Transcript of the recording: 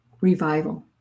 revival